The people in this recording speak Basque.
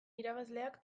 irabazleak